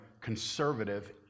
conservative